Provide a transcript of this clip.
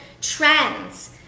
trends